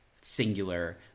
singular